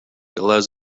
allows